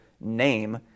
name